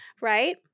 Right